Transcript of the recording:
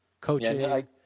Coaching